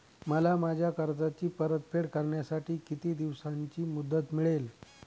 मला माझ्या कर्जाची परतफेड करण्यासाठी किती दिवसांची मुदत मिळेल?